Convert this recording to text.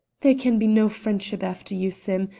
there can be no friendship after you, sim,